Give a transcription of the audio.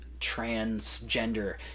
transgender